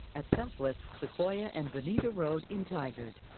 at southwest sequoia and bonita road in tigard.